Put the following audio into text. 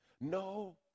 No